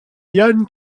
ian